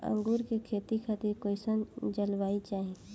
अंगूर के खेती खातिर कइसन जलवायु चाही?